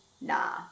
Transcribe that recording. nah